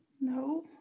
no